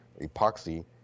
epoxy